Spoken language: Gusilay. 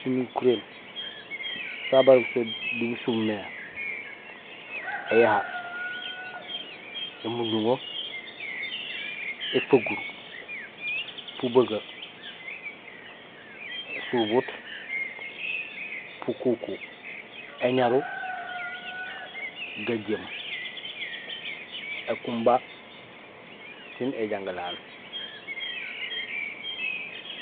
Sinukuréén san barogé so diit busum mé: éyaha, émunduŋo, éfaguur, fubegeer, ésubuut, fukuku, éñaru, gajéém, ékumba, sin éjangilaan.